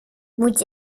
moet